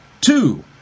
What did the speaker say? Two